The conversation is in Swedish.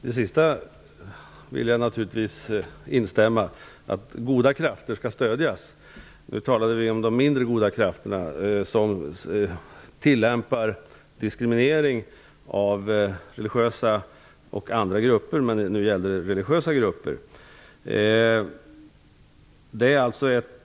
Fru talman! I det sistnämnda, att goda krafter skall stödjas, vill jag instämma. Nu talade vi emellertid om mindre goda krafter som tillämpar diskriminering av religiösa och andra grupper -- i detta fall gäller det religiösa grupper.